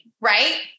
right